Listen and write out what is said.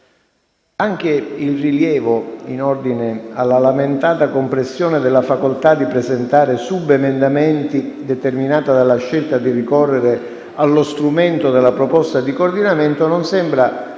Anche il rilievo, in ordine alla lamentata compressione della facoltà di presentare subemendamenti determinata dalla scelta di ricorrere allo strumento della proposta di coordinamento non sembra, tuttavia,